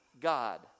God